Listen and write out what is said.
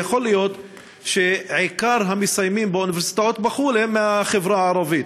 יכול להיות שעיקר המסיימים באוניברסיטאות בחו"ל הם מהחברה הערבית,